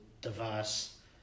device